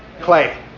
Clay